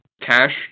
Cash